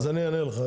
אז אני אענה לך.